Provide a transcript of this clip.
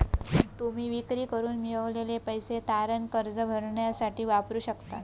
तुम्ही विक्री करून मिळवलेले पैसे तारण कर्ज भरण्यासाठी वापरू शकतास